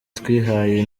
twihaye